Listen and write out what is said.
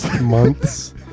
months